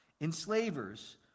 Enslavers